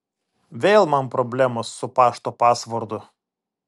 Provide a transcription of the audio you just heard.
vėl man problemos su pašto pasvordu